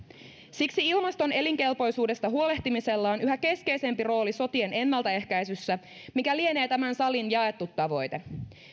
siksi ilmaston elinkelpoisuudesta huolehtimisella on yhä keskeisempi rooli sotien ennaltaehkäisyssä mikä lienee tämän salin jaettu tavoite